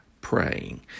praying